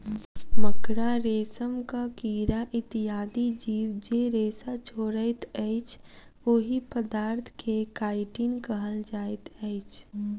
मकड़ा, रेशमक कीड़ा इत्यादि जीव जे रेशा छोड़ैत अछि, ओहि पदार्थ के काइटिन कहल जाइत अछि